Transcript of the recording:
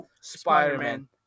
Spider-Man